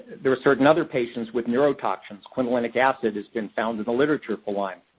there were certain other patients with neurotoxins, quinolinic acid has been found in the literature for lyme,